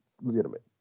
legitimate